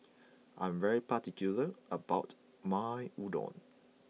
I am particular about my Udon